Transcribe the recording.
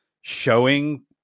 showing